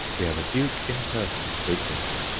we have a duke in person frequently,